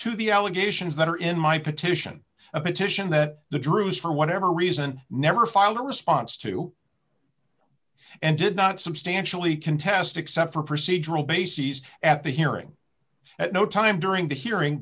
to the allegations that are in my petition a petition that the drews for whatever reason never filed a response to and did not substantially contest except for procedural bases at the hearing at no time during the hearing